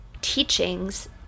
teachings